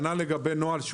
נוהל שהוא